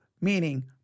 meaning